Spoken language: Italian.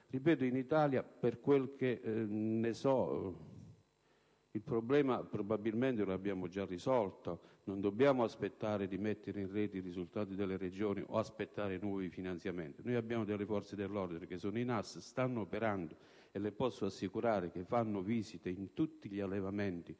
Ripeto, in Italia, per quanto ne so, il problema probabilmente l'abbiamo già risolto e non dobbiamo aspettare di mettere in rete i risultati delle Regioni o aspettare i finanziamenti. Abbiamo delle forze dell'ordine, i NAS, che stanno operando bene: le posso assicurare che fanno visite in tutti gli allevamenti,